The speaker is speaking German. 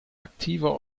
aktiver